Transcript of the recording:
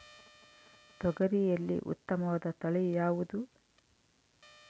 ತೊಗರಿಯಲ್ಲಿ ಉತ್ತಮವಾದ ತಳಿ ಯಾವುದು?